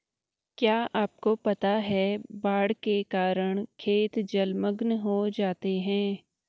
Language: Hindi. क्या आपको पता है बाढ़ के कारण खेत जलमग्न हो जाते हैं?